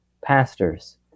Pastors